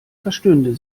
verstünde